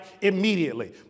immediately